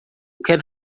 quero